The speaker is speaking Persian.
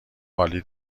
عالی